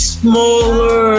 smaller